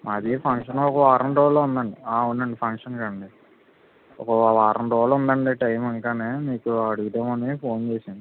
మాది ఫంక్షన్ ఒక వారం రోజులలో ఉందండి అవునండి ఫంక్షన్ కదండి ఒక వారం రోజులు ఉందండి టైమ్ ఇంకా మీకు అడుగుదామని ఫోన్ చేసాను